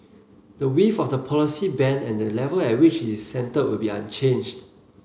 the width of the policy band and the level at which it is centred will be unchanged